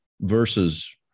versus